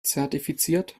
zertifiziert